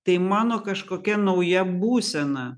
tai mano kažkokia nauja būsena